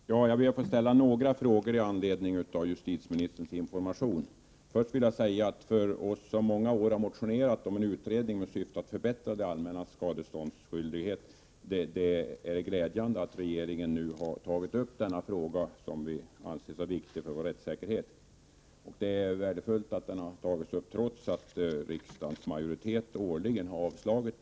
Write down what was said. Herr talman! Jag ber att få ställa några frågor med anledning av justitieministerns information. För oss som många år har motionerat om en utredning med syfte att förbättra det allmännas skadeståndsansvar är det glädjande att regeringen nu har tagit upp denna fråga. Vi anser att den är viktig för vår rättssäkerhet. Det är värdefullt att den har tagits upp trots att riksdagens majoritet varje år har avslagit förslag på området.